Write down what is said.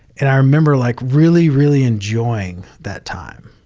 and i remember like really, really enjoying that time.